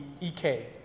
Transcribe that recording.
EK